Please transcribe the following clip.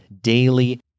daily